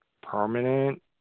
permanent